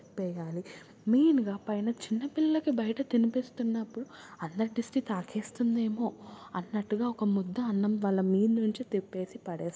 తిప్పేయాలి మెయిన్గా పైన చిన్నపిల్లలకి బయట తినిపిస్తునప్పుడు అందరి దిష్టి తాకేస్తుందేమో అన్నట్టుగా ఒక ముద్ద అన్నం వాళ్ళ మీద నుంచి తిప్పేసి పడేస్తారు